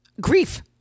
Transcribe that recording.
grief